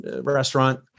restaurant